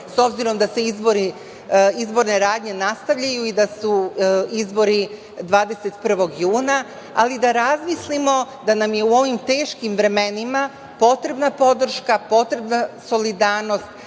s obzirom da se izborne radnje nastavljaju i da su izbori 21. juna, ali da razmislimo da nam je u ovim teškim vremenima potrebna podrška, potrebna solidarnost,